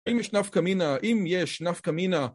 אם יש נפקא מינה